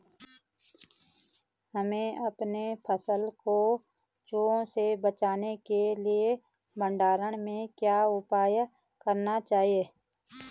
हमें अपनी फसल को चूहों से बचाने के लिए भंडारण में क्या उपाय करने चाहिए?